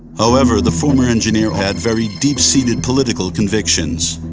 however, the former engineer had very deep-seated political convictions.